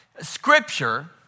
Scripture